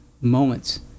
moments